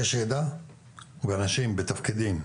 יש ידע ואנשים בתפקידים,